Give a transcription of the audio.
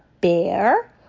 bear